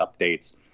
updates